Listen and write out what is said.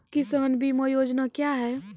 किसान बीमा योजना क्या हैं?